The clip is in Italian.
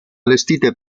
allestite